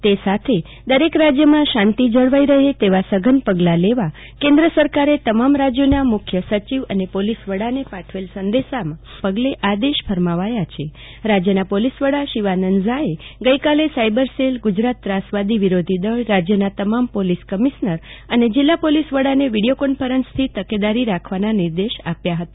તે સાથે શાંતિ જળવાઈ રહે તેવા સઘન પગલા લેવા કેન્દ્ર સરકારે તમામ રાજ્યો નાં મુખ્ય સચિવ અને પોલિસ વડા ને પાઠવેલા સંદેશના પગલે આદેશ ફરમાંવાયા છે રાજ્યના પોલિસ વડા શિવાનંદ ઝાએ ગઈક્રાલે સાયબર સેલગુજરાત ત્રાસવાદી વિરોધ દળ રાજ્યના તમામ પોલિસ કમિશ્નર એ જીલ્લા પોલિસ વડાને વિડીયો કોન્ફરન્સ થી તકેદારી રાખવાના નિર્દેશ આપ્યા ફતા